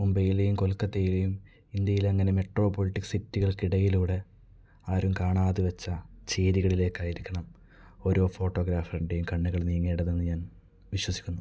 മുംബൈയിലെയും കൊൽക്കത്തയിലെയും ഇന്ത്യയിലെ അങ്ങനെ മെട്രോ പോളിറ്റിക് സിറ്റികൾക്കിടയിലൂടെ ആരും കാണാതെ വെച്ച ചേരികളിലേക്കായിരിക്കണം ഓരോ ഫോട്ടോഗ്രാഫറിൻ്റെയും കണ്ണുകൾ നീങ്ങേണ്ടതെന്ന് ഞാൻ വിശ്വസിക്കുന്നു